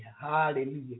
Hallelujah